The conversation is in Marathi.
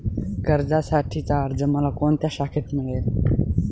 कर्जासाठीचा अर्ज मला कोणत्या शाखेत मिळेल?